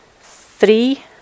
three